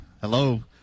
Hello